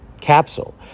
Capsule